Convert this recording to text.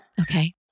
Okay